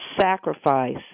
sacrifice